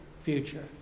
future